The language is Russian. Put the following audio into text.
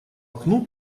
окну